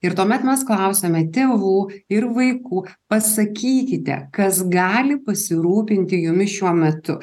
ir tuomet mes klausiame tėvų ir vaikų pasakykite kas gali pasirūpinti jumis šiuo metu